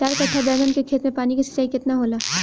चार कट्ठा बैंगन के खेत में पानी के सिंचाई केतना होला?